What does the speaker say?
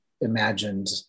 imagined